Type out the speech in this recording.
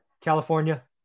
California